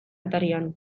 atarian